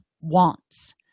wants